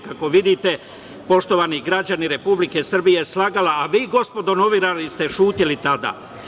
Kako vidite, poštovani građani Republike Srbije slagala je, a vi gospodo novinari ste ćutali tada.